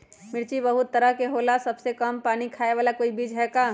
मिर्ची बहुत तरह के होला सबसे कम पानी खाए वाला कोई बीज है का?